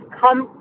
come